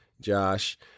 Josh